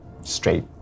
straight